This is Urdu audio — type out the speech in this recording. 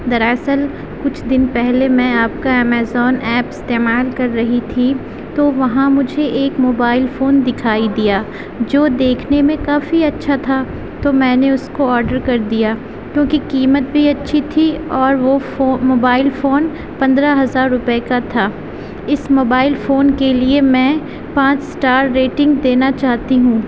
در اصل کچھ دن پہلے میں آپ کا امیزون ایپ استعمال كر رہی تھی تو وہاں مجھے ایک موبائل فون دکھائی دیا جو دیکھنے میں کافی اچھا تھا تو میں نے اس کو آڈر کر دیا کیوں کہ قیمت بھی اچھی تھی اور وہ فو موبائل فون پندرہ ہزار روپئے کا تھا اس موبائل فون کے لیے میں پانچ اسٹار ریٹینگ دینا چاہتی ہوں